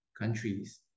countries